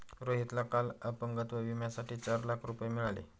रोहितला काल अपंगत्व विम्यासाठी चार लाख रुपये मिळाले